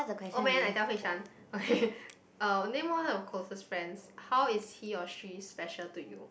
oh man I tell Hui Shan okay uh name one of your closest friends how is he or she special to you